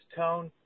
tone